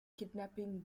kidnapping